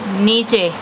نیچے